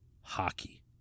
hockey